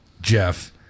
Jeff